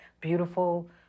beautiful